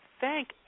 thank